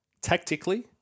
tactically